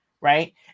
Right